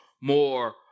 more